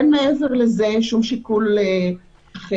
אין מעבר לזה שום שיקול אחר.